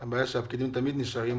הבעיה היא שהפקידים תמיד נשארים,